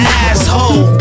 asshole